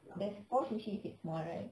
there's four sushi if it's small right